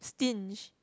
pinch